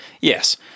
yes